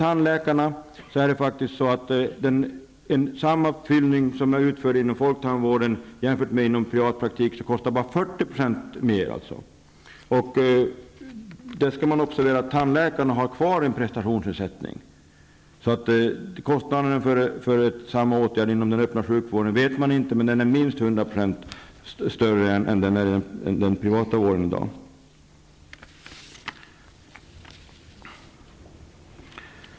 En behandling utförd inom folktandvården kostar bara 40 % mer än samma behandling på en privatpraktik. Man skall då observera att tandläkarna har kvar en prestationsersättning. Kostnaderna för samma åtgärd inom den öppna sjukvården känner man inte till, men den är minst 100 % högre än inom den privata vården i dag.